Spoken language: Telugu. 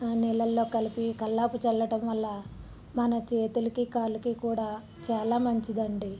ఆ నీళ్ళలో కలిపి ఈ కల్లాపు చల్లడం వల్ల మన చేతులకి కాళ్ళకి కూడా చాలా మంచిది అండి